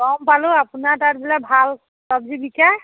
গম পালোঁ আপোনাৰ তাত বোলে ভাল চব্জি বিকে